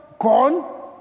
gone